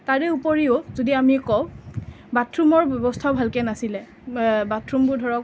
তাৰে উপৰিও যদি আমি কওঁ বাথৰুমৰ ব্যৱস্থাও ভালকৈ নাছিলে বাথৰুমবোৰ ধৰক